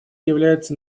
является